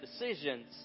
decisions